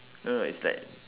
no no it's like